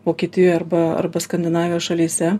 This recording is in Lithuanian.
vokietijoje arba arba skandinavijos šalyse